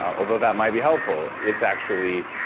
although that might be helpful. it's actually,